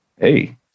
Hey